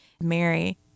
Mary